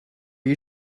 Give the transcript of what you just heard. you